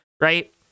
right